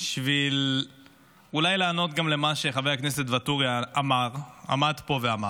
בשביל אולי לענות גם על מה שחבר הכנסת ואטורי עמד פה ואמר,